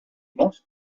most